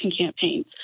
campaigns